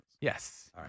Yes